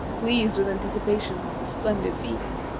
pleased with anticipations of a splendid feast,